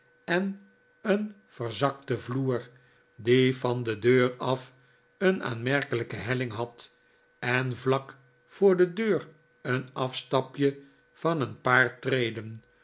en een verzakten vloer die van de deur af een aanmerkelijke helling had en vlak voor de deur een afstapje van een paar treden